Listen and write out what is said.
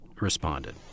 responded